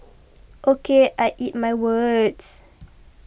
O K I eat my words